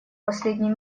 последний